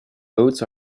oats